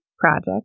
project